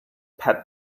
pet